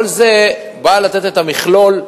כל זה בא לתת את המכלול,